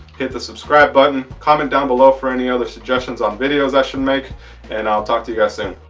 hit the subscribe button! comment down below for any other suggestions on videos i should make and i'll talk to you guys soon